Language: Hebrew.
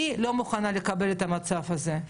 אני לא מוכנה לקבל את המצב הזה.